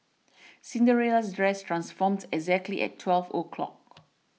Cinderella's dress transformed exactly at twelve o' clock